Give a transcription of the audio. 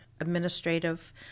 administrative